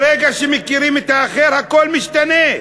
ברגע שמכירים את האחר הכול משתנה.